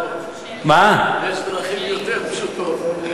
יש דרכים יותר פשוטות.